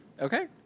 Okay